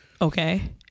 Okay